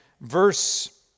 verse